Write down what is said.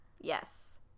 yes